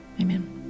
Amen